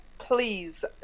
please